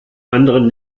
anderen